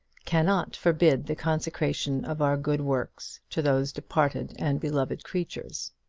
cannot forbid the consecration of our good works to those departed and beloved creatures.